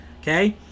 Okay